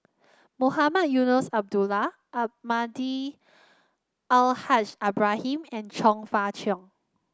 Mohamed Eunos Abdullah Almahdi Al Haj Ibrahim and Chong Fah Cheong